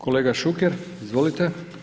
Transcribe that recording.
Kolega Šuker, izvolite.